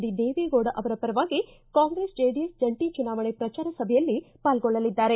D Deve Gowda ಅವರ ಪರವಾಗಿ Congress JDS ಜಂಟಿ ಚುನಾವಣೆ ಪ್ರಚಾರ ಸಭೆಯಲ್ಲಿ ಪಾಲ್ಗೊಳ್ಳಲಿದ್ದಾರೆ